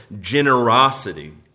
generosity